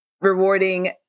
rewarding